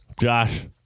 Josh